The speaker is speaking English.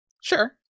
Sure